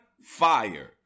fire